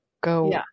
go